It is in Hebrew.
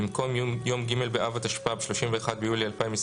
במקום "יום ג' באב התשפ"ב (31 ביולי 2022)"